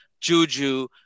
Juju